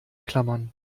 klammern